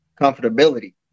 comfortability